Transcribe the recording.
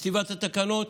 וכתיבת התקנות.